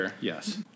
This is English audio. Yes